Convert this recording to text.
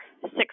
six